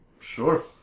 Sure